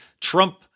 Trump